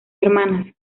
hermanas